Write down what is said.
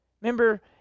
Remember